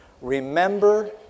remember